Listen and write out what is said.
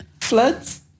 Floods